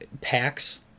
packs